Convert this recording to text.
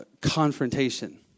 confrontation